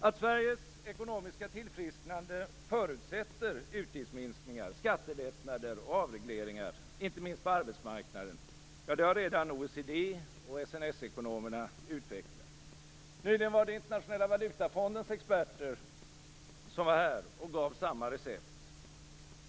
Att Sveriges ekonomiska tillfrisknande förutsätter utgiftsminskningar, skattelättnader och avregleringar, inte minst på arbetsmarknaden, har redan OECD och SNS-ekonomerna utvecklat. Nyligen var Internationella valutafondens experter här och gav samma recept.